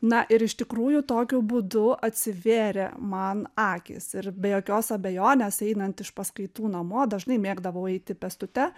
na ir iš tikrųjų tokiu būdu atsivėrė man akys ir be jokios abejonės einant iš paskaitų namo dažnai mėgdavau eiti pėstute